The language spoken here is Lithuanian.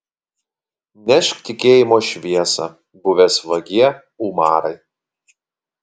nešk tikėjimo šviesą buvęs vagie umarai